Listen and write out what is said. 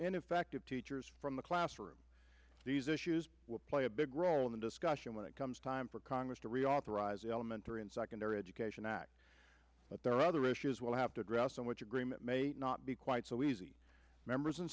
ineffective teachers from the classroom these issues will play a big role in the discussion when it comes time for congress to reauthorize the elementary and secondary education act but there are other issues we'll have to address and which agreement may not be quite so easy members